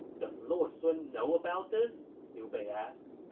does lord sun know about this? liu bei asked